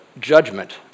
judgment